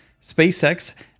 SpaceX